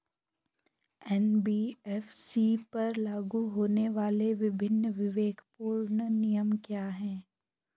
NBFC पर लागू होने वाले विभिन्न विवेकपूर्ण नियम क्या हैं?